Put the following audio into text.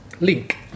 Link